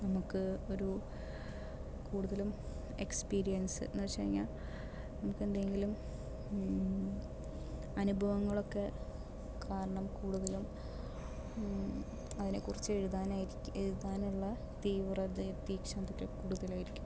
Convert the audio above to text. നമുക്ക് ഒരു കൂടുതലും എക്സ്പീരിയൻസ് എന്നു വെച്ചു കഴിഞ്ഞാൽ നമുക്കെന്തെങ്കിലും അനുഭവങ്ങളൊക്കെ കാരണം കുടുതലും അതിനെക്കുറിച്ചു എഴുതാനായിരിക്കും എഴുതാനുള്ള തീവ്രതയും തീക്ഷണതയും ഒക്കെ കൂടുതലായിരിക്കും